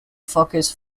focus